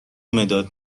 مداد